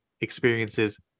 experiences